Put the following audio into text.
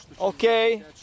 Okay